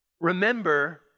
Remember